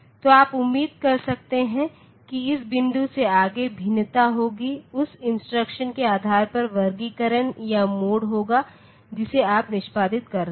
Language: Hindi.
तो आप उम्मीद कर सकते हैं कि इस बिंदु से आगे भिन्नता होगी उस इंस्ट्रक्शन के आधार पर वर्गीकरण या मोड़ होगा जिसे आप निष्पादित कर रहे हैं